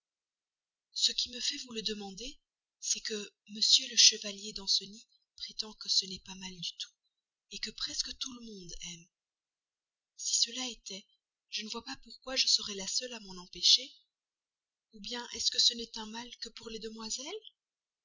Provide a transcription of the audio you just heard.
ce qui me fait vous le demander c'est que m le chevalier danceny prétend que ça n'est pas mal du tout que presque tout le monde aime si cela était je ne vois pas pourquoi je serais la seule à m'en empêcher ou bien est-ce que ce n'est un mal que pour les demoiselles